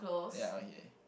ya okay